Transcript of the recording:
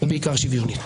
ובעיקר שוויונית.